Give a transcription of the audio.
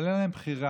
אבל אין להם בחירה,